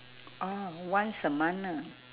oh once a month ah